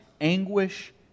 anguish